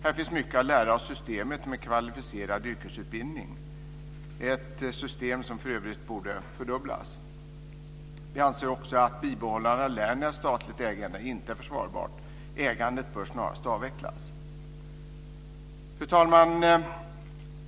Här finns mycket att lära av systemet med kvalificerad yrkesutbildning. Det systemet borde för övrigt fördubblas. Vi anser också att bibehållandet av statligt ägande av Lernia inte är försvarbart. Ägandet bör snarast avvecklas. Fru talman!